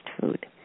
food